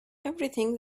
everything